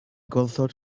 gorfod